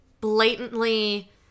blatantly